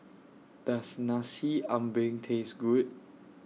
Does Nasi Ambeng Taste Good